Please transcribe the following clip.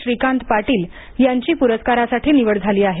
श्रीकांत पाटील यांची पुरस्कारासाठी निवड झाली आहे